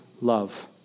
love